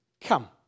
come